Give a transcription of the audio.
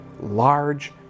large